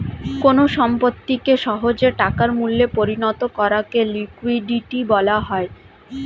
কোন সম্পত্তিকে সহজে টাকার মূল্যে পরিণত করাকে লিকুইডিটি বলা হয়